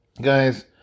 guys